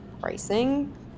pricing